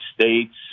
States